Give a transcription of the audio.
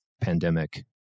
pandemic